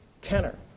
tenor